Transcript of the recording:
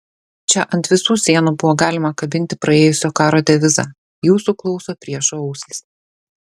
čia ant visų sienų buvo galima kabinti praėjusio karo devizą jūsų klauso priešo ausys